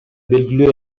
белгилүү